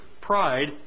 pride